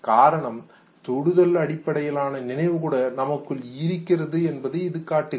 காரணம் தொடுதல் அடிப்படையிலான நினைவு கூட நமக்குள் இருக்கிறது என்பதை இது காட்டுகிறது